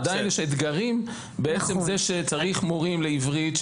אבל עדיין יש אתגרים בעצם העובדה שצריך מורים לעברית,